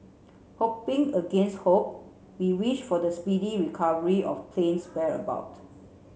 hoping against hope we wish for the speedy recovery of plane's